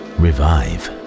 revive